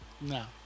No